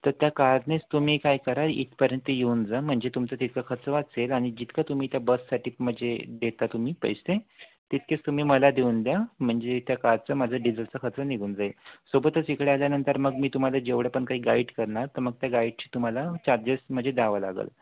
तर त्या कारनेच तुम्ही काय करा इथपर्यंत येऊन जा म्हणजे तुमचं तितकं खर्च वाचेल आणि जितकं तुम्ही त्या बससाठी म्हणजे देता तुम्ही पैसे तितकेच तुम्ही मला देऊन द्या म्हणजे त्या कारचं माझं डिझेलचं खर्च निघून जाईल सोबतच इकडे आल्यानंतर मग मी तुम्हाला जेवढं पण काही गाईड करणार तर मग त्या गाईडची तुम्हाला चार्जेस म्हणजे द्यावा लागंल